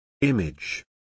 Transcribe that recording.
Image